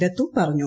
ദത്തു പറഞ്ഞു